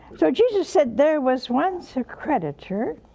so jesus said, there was once a creditor